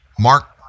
Mark